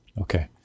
Okay